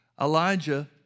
Elijah